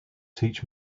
teach